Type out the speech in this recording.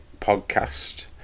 Podcast